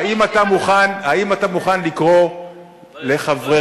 האם אתה מוכן לקרוא לחבריך,